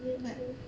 year three